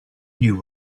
knew